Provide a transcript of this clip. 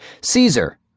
Caesar